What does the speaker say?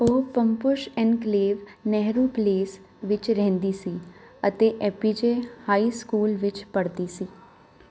ਉਹ Pamposh enclave Nehru place ਵਿੱਚ ਰਹਿੰਦੀ ਸੀ ਅਤੇ ਐਪੀਜੇ ਹਾਈ ਸਕੂਲ ਵਿੱਚ ਪੜ੍ਹਦੀ ਸੀ